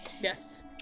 Yes